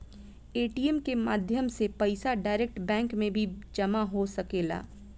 ATM के माध्यम से पईसा डायरेक्ट बैंक में भी जामा हो सकेला